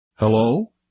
Hello